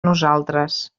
nosaltres